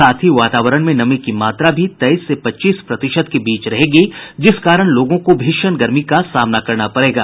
साथ ही वातावरण में नमी की मात्रा भी तेईस से पच्चीस प्रतिशत के बीच रहेगी जिस कारण लोगों को भीषण गर्मी का सामना करना पड़ेगा